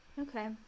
Okay